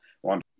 one